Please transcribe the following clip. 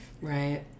Right